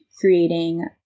creating